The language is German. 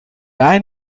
rhein